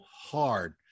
hard